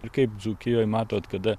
ir kaip dzūkijoj matot kada